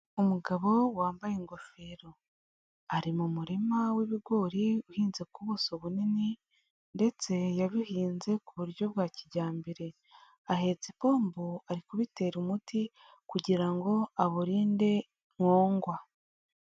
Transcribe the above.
Umugabo wambaye ingofero ari mu murima w'ibigori uhinze ku buso bunini ndetse yabihinze ku buryo bwa kijyambere, ahetse ipombo ari kubitera umuti kugira ngo awurinde nkongwa.